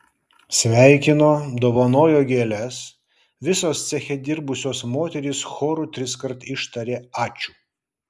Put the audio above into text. sveikino dovanojo gėles visos ceche dirbusios moterys choru triskart ištarė ačiū